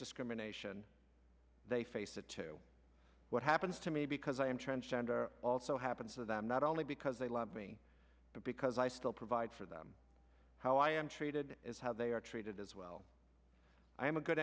discrimination they face it to what happens to me because i am transgender also happens to them not only because they love me but because i still provide for them how i am treated is how they are treated as well i am a good